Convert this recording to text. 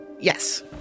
Yes